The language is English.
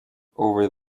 over